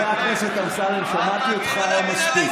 חבר הכנסת אמסלם, שמעתי אותך היום מספיק.